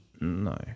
No